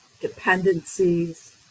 dependencies